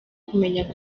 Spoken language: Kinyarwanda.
kumenya